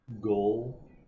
goal